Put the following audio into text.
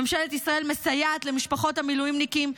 ממשלת ישראל מסייעת למשפחות המילואימניקים,